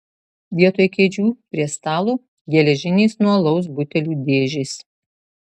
vietoj kėdžių prie stalo geležinės nuo alaus butelių dėžės